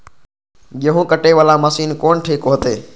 गेहूं कटे वाला मशीन कोन ठीक होते?